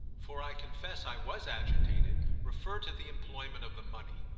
for i confess i was agitated, referred to the employment of the money.